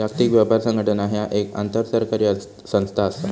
जागतिक व्यापार संघटना ह्या एक आंतरसरकारी संस्था असा